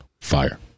Fire